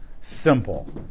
simple